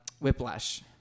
whiplash